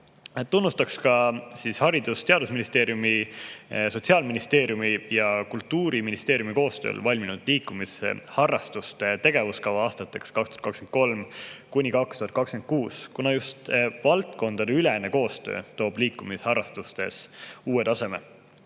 Tunnustan ka Haridus- ja Teadusministeeriumi, Sotsiaalministeeriumi ja Kultuuriministeeriumi koostöös valminud liikumisharrastuse tegevuskava aastateks 2023–2026, kuna just valdkondadeülene koostöö [viib] liikumisharrastuse uuele tasemele.